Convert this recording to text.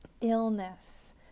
illness